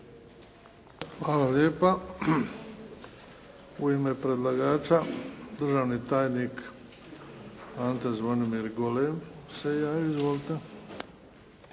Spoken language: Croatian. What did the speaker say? Hvala lijepa. U ime predlagača, državni tajnik Ante Zvonimir Golem se javio. Izvolite.